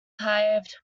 paved